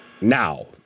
now